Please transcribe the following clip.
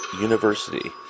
University